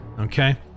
Okay